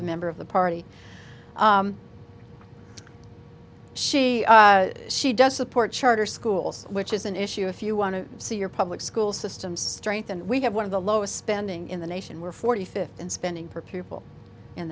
member of the party she she does support charter schools which is an issue if you want to see your public school system strengthen we have one of the lowest spending in the nation we're forty fifth in spending per pupil in